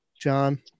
John